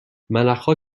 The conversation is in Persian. ملخها